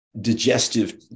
digestive